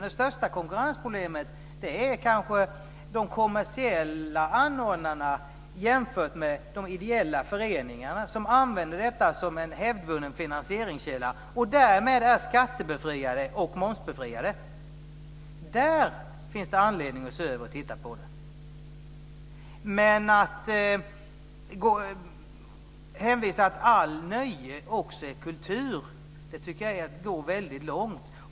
Det största konkurrensproblemet är kanske de kommersiella anordnarna jämfört med de ideella föreningarna, som använder detta som en hävdvunnen finansieringskälla. Därmed är de skatteoch momsbefriade. Där finns det anledning att se över frågan. Men jag tycker att det är att gå långt att säga att allt nöje är kultur.